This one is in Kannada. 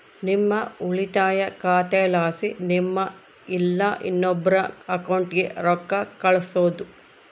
ನಿಮ್ಮ ಉಳಿತಾಯ ಖಾತೆಲಾಸಿ ನಿಮ್ಮ ಇಲ್ಲಾ ಇನ್ನೊಬ್ರ ಅಕೌಂಟ್ಗೆ ರೊಕ್ಕ ಕಳ್ಸೋದು